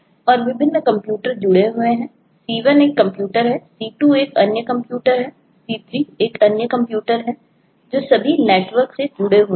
और विभिन्न कंप्यूटर जुड़े हुए हैं C1 एक कंप्यूटर है C2 एक अन्य कंप्यूटर है C3 एक अन्य कंप्यूटर है जो सभी नेटवर्क से जुड़े हुए है